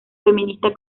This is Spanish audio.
feminista